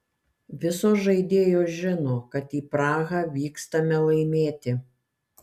visos žaidėjos žino kad į prahą vykstame laimėti